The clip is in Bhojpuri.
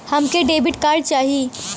हमके डेबिट कार्ड चाही?